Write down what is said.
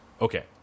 Okay